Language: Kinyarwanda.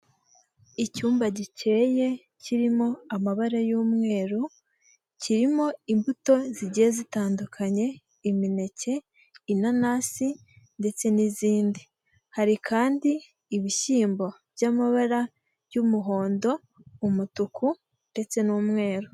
Icyumba gikeye kirimo amabara y'umweru kirimo imbuto zigiye zitandukanye, imineke, inanasi ndetse n'izindi, hari kandi ibishyimbo by'amabara y'umuhondo, umutuku ndetse n'umweru.